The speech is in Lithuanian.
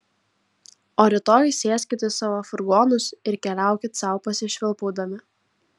o rytoj sėskit į savo furgonus ir keliaukit sau pasišvilpaudami